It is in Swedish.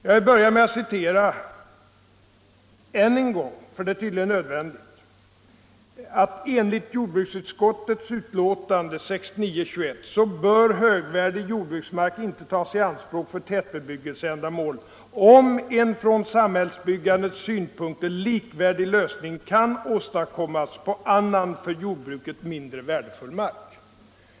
Jag börjar med att framhålla än en gång — det är tydligen nödvändigt — att enligt jordbruksutskottets utlåtande 1969:21 bör högvärdig jordbruksmark inte tas i anspråk för tätbebyggelseändamål, om en från samhällsbyggandets synpunkter likvärdig lösning kan åstadkommas på annan, för jordbruket mindre värdefull mark.